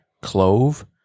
clove